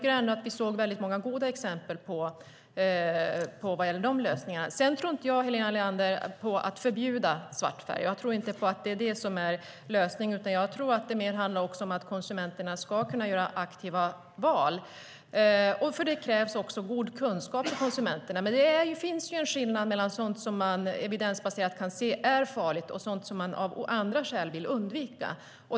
Vi såg många goda exempel på sådana lösningar. Jag tror inte på att förbjuda svart färg. Jag tror inte att det är lösningen. Jag tror att det handlar om att konsumenterna ska kunna göra aktiva val. För det krävs god kunskap. Det är ju skillnad mellan sådant som man evidensbaserat kan se är farligt och sådant som man av andra skäl vill undvika.